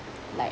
like